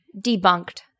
debunked